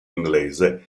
inglese